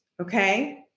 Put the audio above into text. okay